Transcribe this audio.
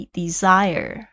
desire